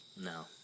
No